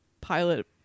pilot